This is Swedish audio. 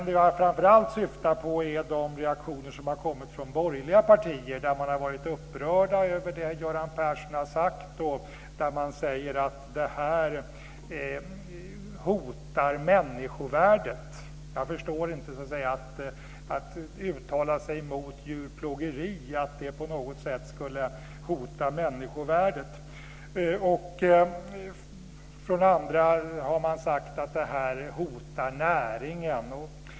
Det jag framför allt syftar på är de reaktioner som har kommit från borgerliga partier där man har varit upprörda över det Göran Persson har sagt och säger att det hotar människovärdet. Jag förstår inte att det på något sätt skulle hota människovärdet att uttala sig mot djurplågeri. Andra har sagt att det här hotar näringen.